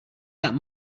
that